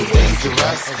dangerous